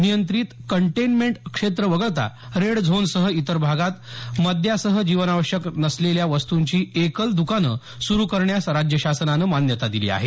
नियंत्रित कंटेन्टमेंट क्षेत्र वगळता रेड झोनसह इतर भागात मद्यासह जीवनावश्यक नसलेल्या वस्तूंची एकल दुकानं सुरू करण्यास राज्य शासनानं मान्यता दिली आहे